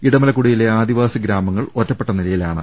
ഇടമലക്കുടിയിലെ ആദിവാസി ഗ്രാമങ്ങൾ ഒറ്റപ്പെട്ട നിലയിലാണ്